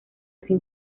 sin